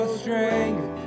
strength